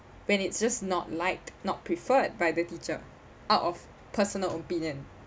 when it's just not liked not preferred by the teacher out of personal opinion